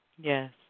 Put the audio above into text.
Yes